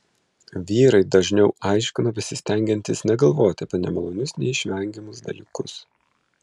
vyrai dažniau aiškino besistengiantys negalvoti apie nemalonius neišvengiamus dalykus